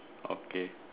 okay